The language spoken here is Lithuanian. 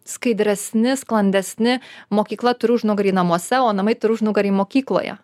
skaidresni sklandesni mokykla turi užnugarį namuose o namai turi užnugarį mokykloje